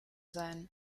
sein